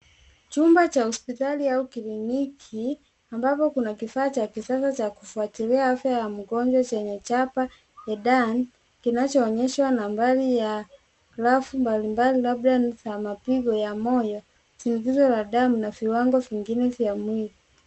Chumba cha hospitali au kliniki ambapo kuna kifaa cha kisasa cha kufuatilia afya ya mgonjwa chenye chapa ya Dan kinachoonyeshwa na nambari ya rafu mbalimbali labda ni za mapigo ya moyo , shinikizo la damu na viwango vingine vya mwili.